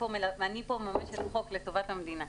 אני פה מממשת חוק לטובת המדינה.